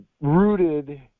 rooted